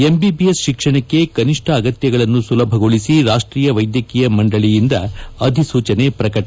MBBS ಶಿಕ್ಷಣಕ್ಕೆ ಕನಿಷ್ಠ ಅಗತ್ತಗಳನ್ನು ಸುಲಭಗೊಳಿಸಿ ರಾಷ್ಷೀಯ ವೈದ್ಯಕೀಯ ಮಂಡಳಯಿಂದ ಅಧಿಸೂಚನೆ ಪ್ರಕಟ